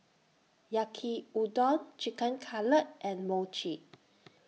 Yaki Udon Chicken Cutlet and Mochi